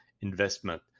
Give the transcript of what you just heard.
investment